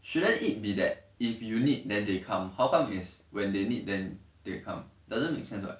shouldn't it be that if you need then they come how come is when they need then they come doesn't make sense [what]